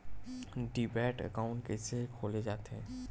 Demat account कइसे खोले जाथे?